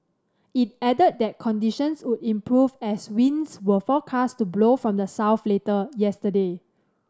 it added that conditions would improve as winds were forecast to blow from the south later yesterday